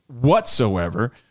whatsoever